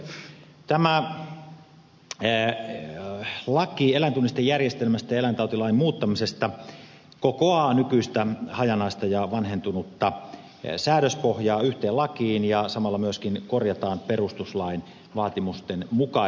tämä laki eläintunnistejärjestelmästä ja eläintautilain muuttamisesta kokoaa nykyistä hajanaista ja vanhentunutta säädöspohjaa yhteen lakiin ja samalla sitä myöskin korjataan perustuslain vaatimusten mukaiseksi